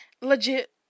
legit